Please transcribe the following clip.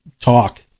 talk